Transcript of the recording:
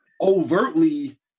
overtly